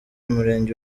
umurenge